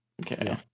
Okay